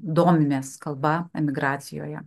domimės kalba emigracijoje